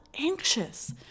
anxious